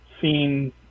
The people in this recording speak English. seen